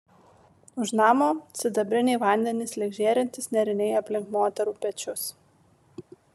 už namo sidabriniai vandenys lyg žėrintys nėriniai aplink moterų pečius